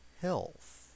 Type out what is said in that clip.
health